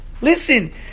listen